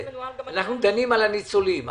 אנחנו דנים על הניצולים.